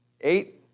eight